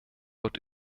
wird